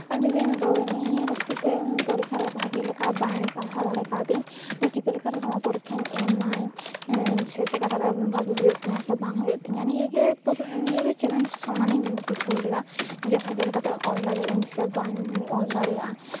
ᱟᱹᱰᱤ ᱫᱤᱱ ᱨᱩᱣᱟᱹᱭᱮᱱᱟᱹᱧ ᱱᱤᱭᱟᱹ ᱠᱷᱟᱹᱛᱤᱨᱛᱮ ᱯᱚᱨᱤᱠᱠᱷᱟ ᱨᱮ ᱵᱷᱟᱹᱜᱮ ᱞᱮᱠᱟ ᱵᱟᱹᱧ ᱯᱟᱲᱦᱟᱣ ᱫᱟᱲᱮ ᱠᱟᱣᱫᱟᱹᱧ ᱡᱮ ᱪᱤᱠᱟᱹ ᱞᱮᱠᱟᱨᱮ ᱱᱚᱣᱟ ᱯᱚᱨᱤᱠᱠᱷᱟᱧ ᱮᱢᱟ ᱥᱮ ᱪᱮᱫ ᱞᱮᱠᱟ ᱠᱟᱛᱮ ᱵᱷᱟᱹᱜᱮ ᱦᱩᱭᱩᱜ ᱛᱤᱧᱟᱹ ᱥᱮ ᱵᱟᱝ ᱦᱩᱭᱩᱜ ᱛᱤᱧᱟᱹ ᱱᱤᱭᱟᱹᱜᱮ ᱪᱮᱞᱮᱧᱡᱽ ᱥᱚᱢᱟᱱᱤᱧ ᱵᱩᱡᱷᱟᱹᱣ ᱞᱮᱫᱟ ᱡᱮ ᱵᱷᱟᱜᱮ ᱞᱮᱠᱟᱛᱮ ᱚᱞ ᱫᱟᱲᱮᱭᱟᱜ ᱟᱹᱧ ᱥᱮ ᱵᱟᱹᱧ ᱚᱞ ᱫᱟᱲᱮᱭᱟᱜᱼᱟ